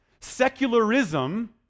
Secularism